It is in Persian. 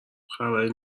خبری